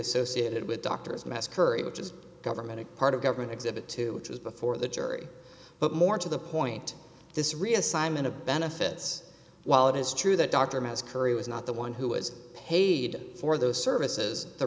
associated with doctors mass curry which is government of part of government exhibit two years before the jury but more to the point this reassignment of benefits while it is true that dr ms currie was not the one who was paid for those services the